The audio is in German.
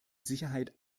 sicherheit